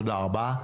תודה רבה.